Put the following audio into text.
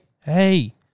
hey